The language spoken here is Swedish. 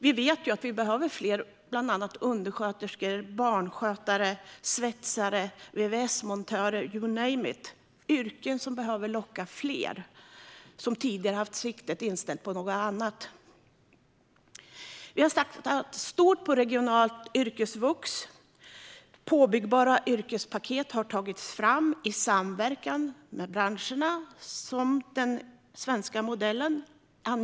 Vi vet ju att vi behöver fler undersköterskor, barnskötare, svetsare och vvs-montörer och så vidare. Det är yrken som behöver locka fler som tidigare har haft siktet inställt på något annat. Vi har satsat stort på regionalt yrkesvux, och påbyggbara yrkespaket har tagits fram i samverkan med branscherna enligt den svenska modellen.